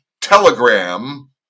Telegram